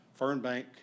Fernbank